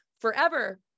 forever